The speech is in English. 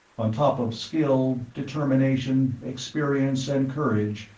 on top of skill, determination, experience and courage,